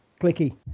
Clicky